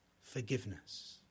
forgiveness